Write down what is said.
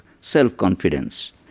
Self-confidence